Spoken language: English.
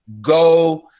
Go